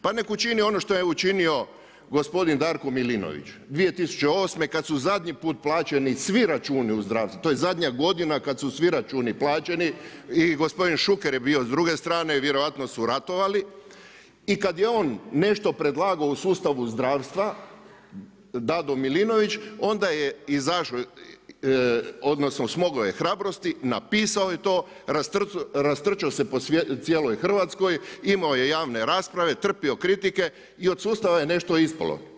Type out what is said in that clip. Pa nek učini što je učinio gospodin Darko Milinović 2008. kada su zadnji put plaćeni svi računi u zdravstvu, to je zadnja godina kada su svi računi plaćeni i gospodin Šuker je bio s druge strane, vjerojatno su ratovali i kada je on nešto predlagao u sustavu zdravstva DAdo Milinović onda je smogao hrabrosti, napisao je to, rastrčo se po cijeloj Hrvatskoj, imao je javne rasprave, trpio kritike i od sustava je nešto ispalo.